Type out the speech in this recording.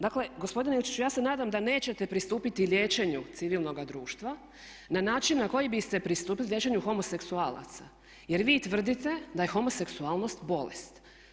Dakle, gospodine Ilčiću ja se nadam da nećete pristupiti liječenju civilnoga društva na način na koji biste pristupili liječenju homoseksualaca jer vi tvrdite da je homoseksualnost bolest.